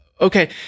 Okay